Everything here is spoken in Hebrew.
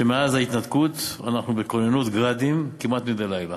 שמאז ההתנתקות אנחנו בכוננות "גראדים" כמעט מדי לילה.